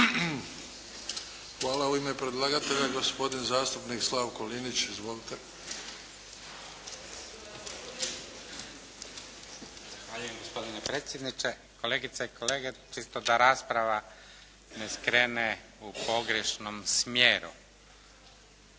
Hvala. U ime predlagatelja gospodin zastupnik Slavko Linić. Izvolite. **Linić, Slavko (SDP)** Zahvaljujem gospodine predsjedniče Kolegice i kolege, čisto da rasprava ne skrene u pogrešnom smjeru.